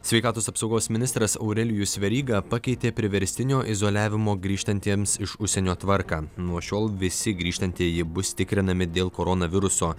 sveikatos apsaugos ministras aurelijus veryga pakeitė priverstinio izoliavimo grįžtantiems iš užsienio tvarką nuo šiol visi grįžtantieji bus tikrinami dėl koronaviruso